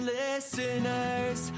listeners